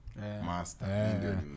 Master